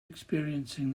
experiencing